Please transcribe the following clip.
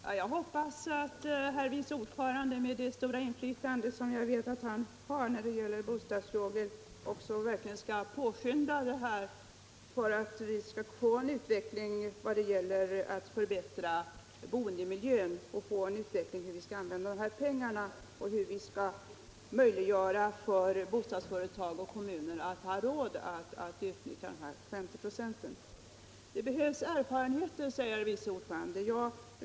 Herr talman! Jag hoppas att utskottets vice ordförande med det stora inflytande som jag vet att han har när det gäller bostadsfrågorna verkligen kommer att påskynda de åtgärder som behövs för att vi skall få en utveckling mot en bättre boendemiljö och en utveckling som gör det möjligt för bostadsföretagen och kommunerna att få råd att utnyttja dessa 50 9». Det behövs erfarenheter, säger herr vice ordföranden.